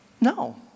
No